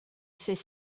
ses